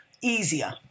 easier